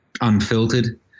unfiltered